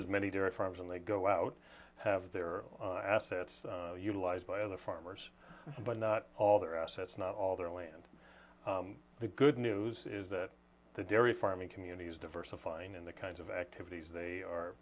is many different farms and they go out have their assets utilized by other farmers but not all their assets not all their land the good news is that the dairy farming communities diversifying in the kinds of activities they are